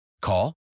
Call